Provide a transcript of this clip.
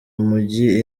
mijyi